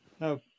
No